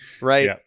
right